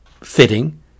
fitting